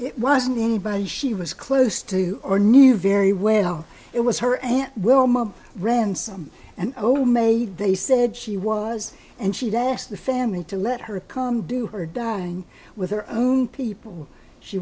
it wasn't anybody she was close to or knew very well it was her aunt wilma ransom and homemade they said she was and she'd asked the family to let her come do her dying with her own people she